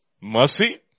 Mercy